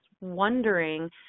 wondering